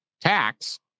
tax